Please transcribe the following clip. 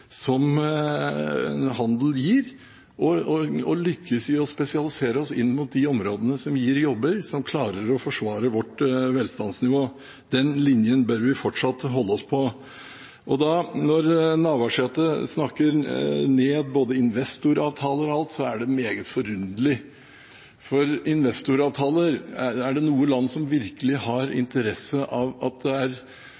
som en handel gir, og lyktes i å spesialisere oss inn mot de områdene som gir jobber som klarer å forsvare vårt velstandsnivå. Den linjen bør vi fortsatt holde oss på. Når Navarsete da snakker ned både investoravtaler og alt, er det meget forunderlig. For når det gjelder investoravtaler, er det noe land som virkelig har interesse av at det er